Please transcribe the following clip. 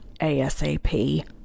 ASAP